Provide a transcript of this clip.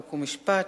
חוק ומשפט,